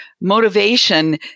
motivation